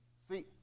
See